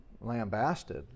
lambasted